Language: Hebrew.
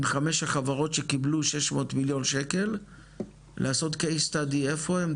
עם 5 החברות שקיבלו 600 מיליון שקל לעשות CASE STUDY לראות איפה הם,